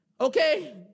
okay